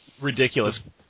ridiculous